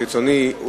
קיצוני,